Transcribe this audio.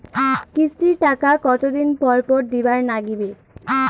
কিস্তির টাকা কতোদিন পর পর দিবার নাগিবে?